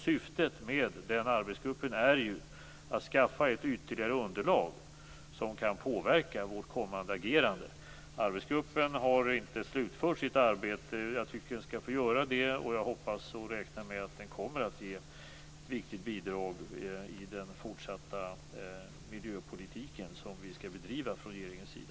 Syftet med den här arbetsgruppen är ju att skaffa ett ytterligare underlag som kan påverka vårt kommande agerande. Arbetsgruppen har inte slutfört sitt arbete. Jag tycker att den skall få göra det, och jag hoppas och räknar med att den kommer att ge ett viktigt bidrag i den fortsatta miljöpolitik som vi skall bedriva från regeringens sida.